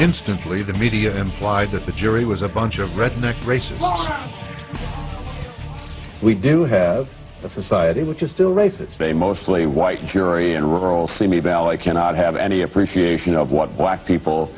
instantly the media implied that the jury was a bunch of redneck racist we do have a society which is still racist they mostly white jury and world simi valley cannot have any appreciation of what black people